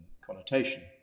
connotation